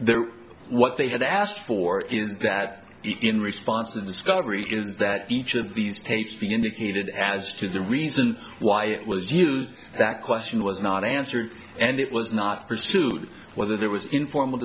now what they had asked for is that in response to discovery is that each of these tapes be indicated as to the reason why it was used that question was not answered and it was not pursued whether there was informal